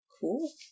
Cool